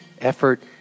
effort